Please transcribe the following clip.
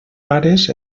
pares